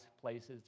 places